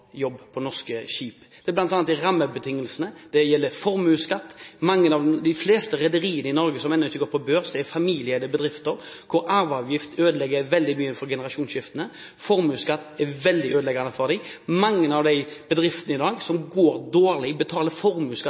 jobb på norske skip. Det gjelder bl.a. rammebetingelsene og formuesskatt. De fleste rederiene som enda ikke er gått på børs, er familieeide bedrifter, hvor arveavgift og formuesskatt ødelegger veldig mye for generasjonsskiftene. Mange av disse bedriftene som i dag går dårlig, betaler